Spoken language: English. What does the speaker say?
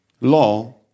law